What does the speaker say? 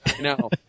No